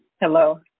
Hello